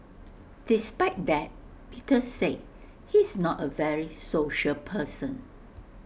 despite that Peter say he's not A very social person